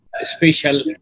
special